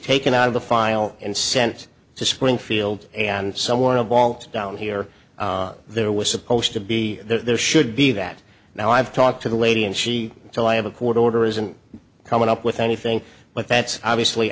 taken out of the file and sent to springfield and someone of all down here there was supposed to be there should be that now i've talked to the lady and she so i have a court order isn't coming up with anything but that's obviously